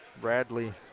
Bradley